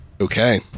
Okay